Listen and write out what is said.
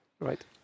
Right